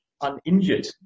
uninjured